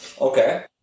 Okay